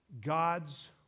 God's